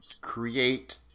create